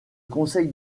conseil